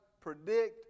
predict